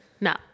No